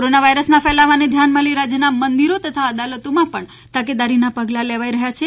corona વાયરસના ફેલાવાના ધ્યાનમાં લઇ રાજયના મદિંરો તથા અદાલતોમાં તકેદારીના પગલા લેવાઇ રહ્યા છે